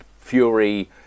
Fury